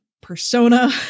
Persona